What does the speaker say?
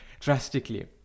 Drastically